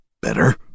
better